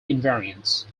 invariants